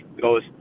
goes